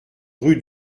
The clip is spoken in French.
rue